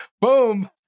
boom